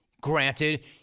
Granted